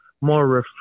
more